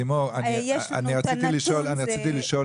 לימור, אני רציתי לשאול